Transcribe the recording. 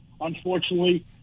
unfortunately